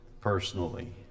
personally